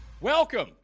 Welcome